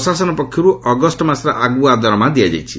ପ୍ରଶାସନ ପକ୍ଷରୁ ଅଗଷ୍ଟ ମାସର ଆଗୁଆ ଦରମା ଦିଆଯାଇଛି